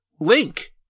link